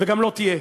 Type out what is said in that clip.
וגם לא תהיה.